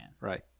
right